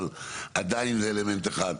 אבל עדיין זה אלמנט אחד.